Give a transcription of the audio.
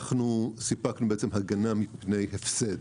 אנחנו סיפקנו הגנה מפני הפסד.